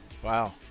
Wow